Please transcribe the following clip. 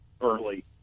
early